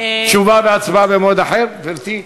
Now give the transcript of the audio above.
תשובה והצבעה במועד אחר, גברתי?